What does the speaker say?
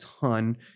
ton